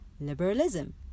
liberalism